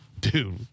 dude